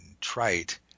trite